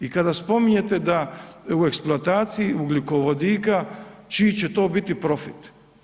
I kada spominjete da u eksploataciji ugljikovodika čiji će to biti profit?